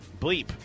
bleep